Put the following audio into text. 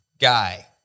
guy